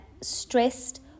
stressed